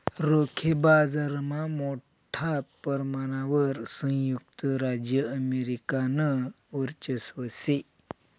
रोखे बाजारमा मोठा परमाणवर संयुक्त राज्य अमेरिकानं वर्चस्व शे